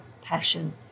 Passion